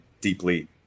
deeply